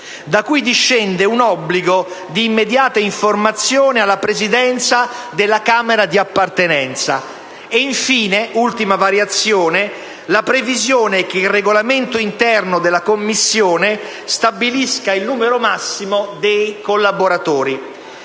da cui discende un obbligo di immediata informazione alla Presidenza della Camera di appartenenza; infine, la previsione che il regolamento interno della Commissione stabilisca il numero massimo dei collaboratori.